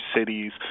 cities